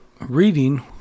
reading